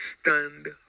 stand